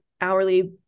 hourly